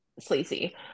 sleazy